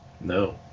No